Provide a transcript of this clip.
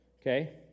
okay